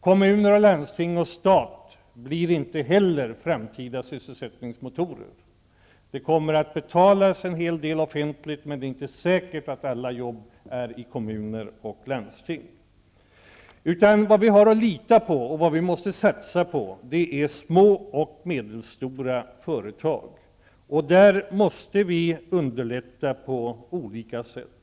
Kommunerna, landstingen och staten blir inte heller framtida syselsättningsmotorer. Det kommer att betalas en hel del offentligt. Men det är inte säkert att alla jobb finns i kommuner och landsting. Vad vi har att lita till och vad vi måste satsa på är små och medelstora företag. I det sammanhanget måste vi göra det lättare på olika sätt.